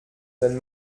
wenn